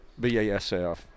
BASF